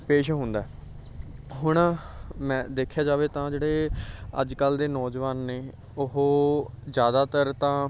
ਪੇਸ਼ ਹੁੰਦਾ ਹੁਣ ਮੈਂ ਦੇਖਿਆ ਜਾਵੇ ਤਾਂ ਜਿਹੜੇ ਅੱਜ ਕੱਲ੍ਹ ਦੇ ਨੌਜਵਾਨ ਨੇ ਉਹ ਜ਼ਿਆਦਾਤਰ ਤਾਂ